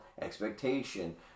expectation